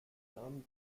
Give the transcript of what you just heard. nahm